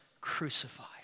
crucified